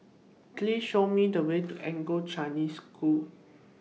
Please Show Me The Way to Anglo Chinese School